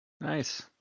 Nice